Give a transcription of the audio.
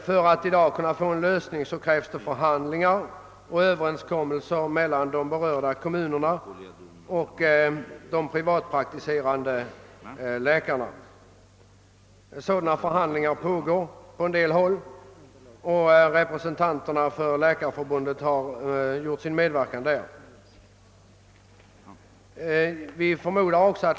För att få en lösning krävs förhandlingar och överenskommelser mellan de berörda kommunerna och de privatpraktiserande läkarna. Sådana förhandlingar pågår på en del håll och representanter för Läkarförbundet har lämnat sin medverkan.